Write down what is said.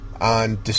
on